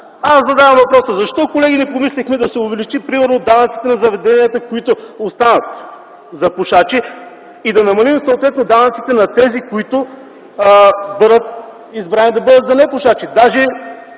Задавам въпрос: защо не помислихме да се увеличат примерно данъците на заведенията, които остават за пушачи, и да намалим съответно данъците на тези, които бъдат за непушачи?